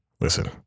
listen